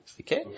okay